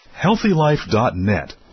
HealthyLife.net